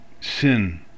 sin